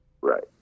right